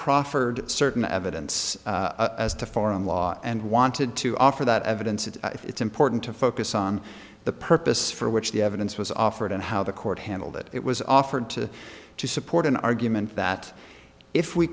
proffered certain evidence as to foreign law and wanted to offer that evidence that it's important to focus on the purpose for which the evidence was offered and how the court handled it it was offered to support an argument that if we